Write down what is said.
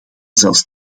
zelfs